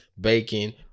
bacon